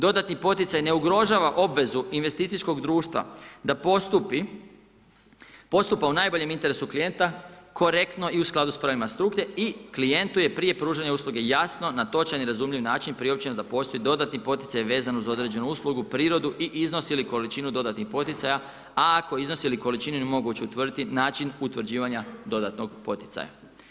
Dodatni poticaj ne ugrožava obvezu investicijskog društva da postupa u najboljem interesu klijenta, korektno i u skladu s pravilima struke i klijentu je prije pružanja usluge jasno na točan i razumljiv način priopćeno da postoji dodatni poticaj vezan uz određenu uslugu, prirodu i iznos ili količinu dodatnih poticaja, a ako iznos ili količinu nije moguće utvrditi, način utvrđivanja dodatnog poticaja.